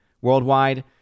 worldwide